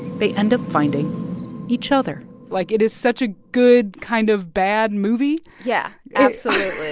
they end up finding each other like, it is such a good kind of bad movie yeah, absolutely.